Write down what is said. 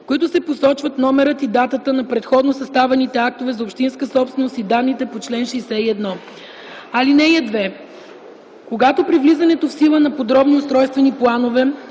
които се посочват номерът и датата на предходно съставените актове за общинска собственост и данните по чл. 61. (2) Когато при влизането в сила на подробни устройствени планове